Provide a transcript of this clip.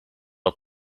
had